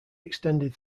extended